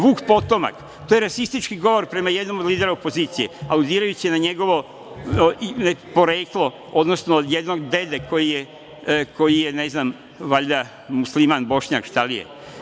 Vuk potomak, to je rasistički govor prema jednom od lidera opozicije, aludirajući na njegovo poreklo, odnosno jednog dede koji je, ne znam, valjda, Musliman, Bošnjak, šta li je.